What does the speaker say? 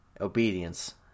obedience